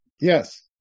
Yes